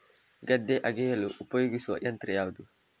ಗದ್ದೆ ಅಗೆಯಲು ಉಪಯೋಗಿಸುವ ಯಂತ್ರ ಯಾವುದು?